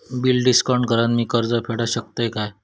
Bill discount करान मी कर्ज फेडा शकताय काय?